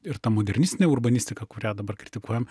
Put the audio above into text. ir ta modernistinė urbanistika kurią dabar kritikuojam